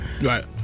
Right